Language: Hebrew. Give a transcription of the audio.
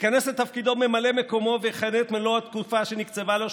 ייכנס לתפקידו ממלא מקומו ויכהן את מלוא התקופה שנקצבה לו,